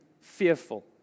fearful